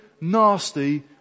nasty